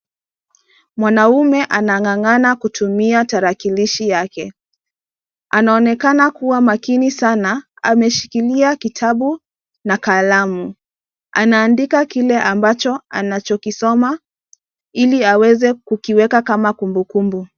Mwanaume anangangana kutumia tarakilishi yake, anaonekana kua makini sana ameshikilia kitabu na kalamu, anaandika kile ambacho anachokisoma ili aweze kukiweka kama kumbu kumbu.